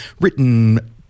written